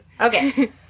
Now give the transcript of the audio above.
Okay